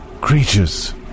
Creatures